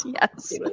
Yes